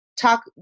talk